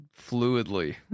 fluidly